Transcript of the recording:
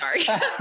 sorry